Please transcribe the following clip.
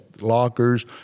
lockers